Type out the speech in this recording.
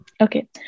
okay